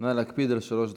נא להקפיד על שלוש דקות.